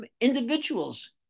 individuals